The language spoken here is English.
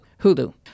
Hulu